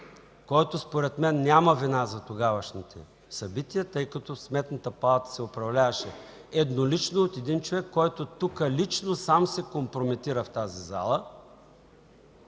й. Според мен той няма вина за тогавашните събития, тъй като Сметната палата се управляваше еднолично от един човек, който сам се компрометира в тази зала.